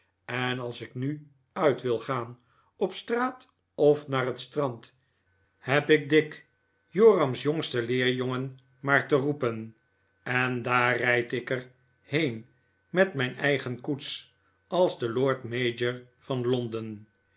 en als ik nu uit wil gaan op straat of naar het strand heb ik dick joram's jongsten leerjongen maar te roepen en daar rijd ik er heen met mijn eigen koets als de lord mayor van londen